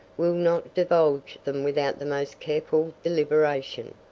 will not divulge them without the most careful deliberation.